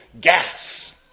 gas